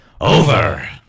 over